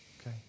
Okay